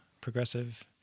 progressive